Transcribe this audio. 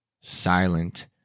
silent